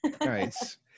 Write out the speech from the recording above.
nice